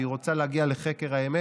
והיא רוצה להגיע לחקר האמת,